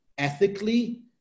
ethically